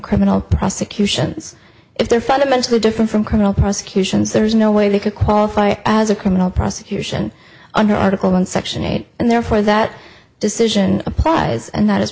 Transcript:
criminal prosecutions if they're fundamentally different from criminal prosecutions there's no way they could qualify as a criminal prosecution under article one section eight and therefore that decision applies and that i